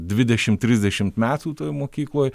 dvidešim trisdešim metų toj mokykloj